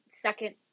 second